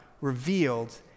revealed